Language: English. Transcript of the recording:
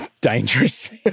dangerous